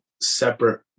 separate